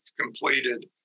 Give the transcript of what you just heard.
completed